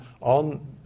on